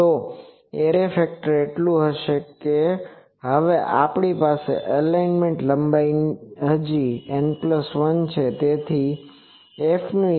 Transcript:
તો array factor એટલું હશે હવે આપણી એલિમેન્ટ લંબાઈ હજી N 1 છે